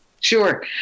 Sure